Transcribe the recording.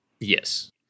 Yes